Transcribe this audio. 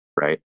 right